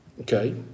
Okay